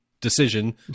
decision